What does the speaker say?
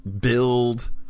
build